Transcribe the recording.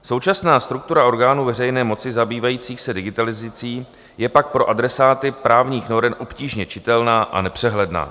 Současná struktura orgánů veřejné moci zabývající se digitalizací je pak pro adresáty právních norem obtížně čitelná a nepřehledná.